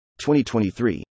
2023